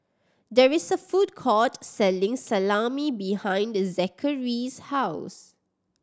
there is a food court selling Salami behind Zackary's house